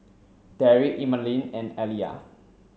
Derick Emaline and Aliyah